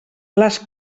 les